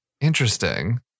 Interesting